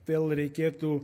vėl reikėtų